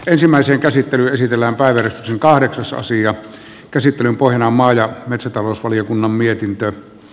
ensimmäisen käsittely esitellään vain kahdeksasosia käsittelyn maa ja metsätalousvaliokunnan mietintöön